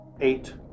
eight